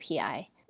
API